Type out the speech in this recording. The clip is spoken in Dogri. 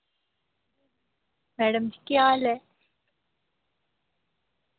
मैडम जी केह् हाल ऐ